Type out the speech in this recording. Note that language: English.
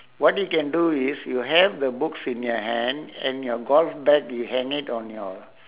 what you can do is you have the books in your hand and your golf bag you hang it on your